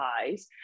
eyes